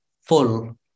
full